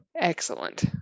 Excellent